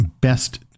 best